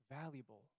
valuable